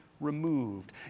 removed